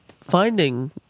finding